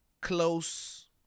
close